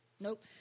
Nope